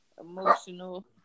emotional